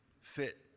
fit